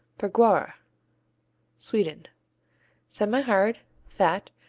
bergquara sweden semihard, fat,